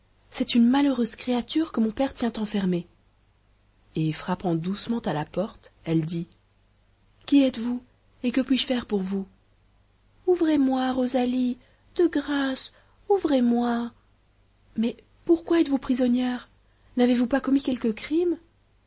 c'est une malheureuse créature que mon père tient enfermée et frappant doucement à la porte elle dit qui êtes-vous et que puis-je faire pour vous ouvrez-moi rosalie de grâce ouvrez-moi mais pourquoi êtes-vous prisonnière n'avez-vous pas commis quelque crime